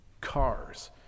cars